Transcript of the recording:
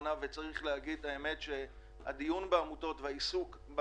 עוד לא ראינו איך זה עובד ועד לרגע זה לא הוצג וגם לא פורסם גם כלפי